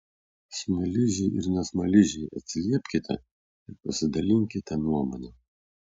smaližiai ir ne smaližiai atsiliepkite ir pasidalinkite nuomone